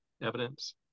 evidence